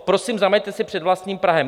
Prosím, zameťte si před vlastním prahem.